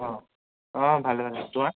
অঁ অঁ ভালে ভালে তোমাৰ